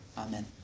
Amen